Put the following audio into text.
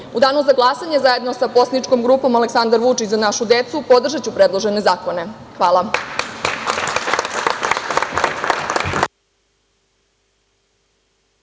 danu za glasanje, zajedno sa poslaničkom grupom Aleksandar Vučić – Za našu decu, podržaću predložene zakone. Hvala.